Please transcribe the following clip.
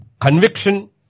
conviction